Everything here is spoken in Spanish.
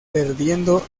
perdiendo